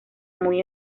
muy